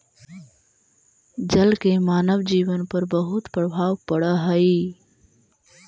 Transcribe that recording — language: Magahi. जल के मानव जीवन पर बहुत प्रभाव पड़ऽ हई